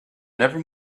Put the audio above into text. never